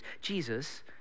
Jesus